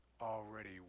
already